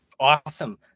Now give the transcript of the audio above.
Awesome